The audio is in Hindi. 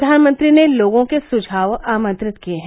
प्रधानमंत्री ने लोगों के सुझाव आमंत्रित किये हैं